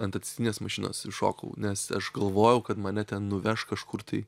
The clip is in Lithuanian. ant atsitiktinės mašinos iššokau nes aš galvojau kad mane ten nuveš kažkur tai